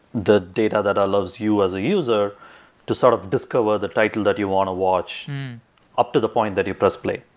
the data that allows you as a user to sort of discover the title that you want to watch up to the point that you press play.